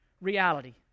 reality